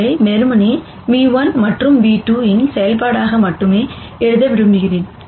இதை வெறுமனே ν₁ மற்றும் V2 இன் செயல்பாடாக மட்டுமே எழுத விரும்புகிறேன்